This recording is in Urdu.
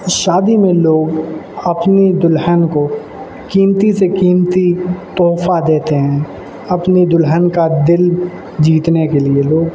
شادی میں لوگ اپنی دلہن کو قیمتی سے قیمتی تحفہ دیتے ہیں اپنی دلہن کا دل جیتنے کے لیے لوگ